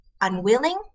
unwilling